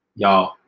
Y'all